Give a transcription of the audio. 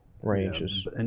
Ranges